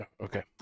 Okay